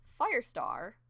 Firestar